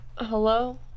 hello